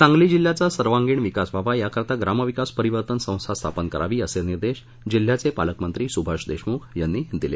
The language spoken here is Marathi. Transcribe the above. सांगली जिल्ह्याचा सर्वांगिण विकास व्हावा याकरता ग्रामविकास परिवर्तन संस्था स्थापन करावी असे निर्देश जिल्ह्याचे पालकमंत्री सुभाष देशमुख यांनी दिले